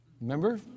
Remember